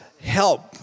help